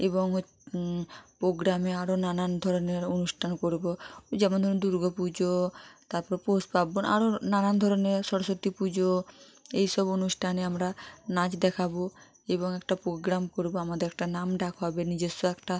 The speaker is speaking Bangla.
এবং প্রোগ্রামে আরও নানান ধরনের অনুষ্ঠান করব যেমন ধরুন দুর্গা পুজো তারপর পৌষ পার্বণ আরও নানান ধরনের সরস্বতী পুজো এই সব অনুষ্ঠানে আমরা নাচ দেখাব এবং একটা প্রোগ্রাম করব আমাদের একটা নামডাক হবে নিজস্ব একটা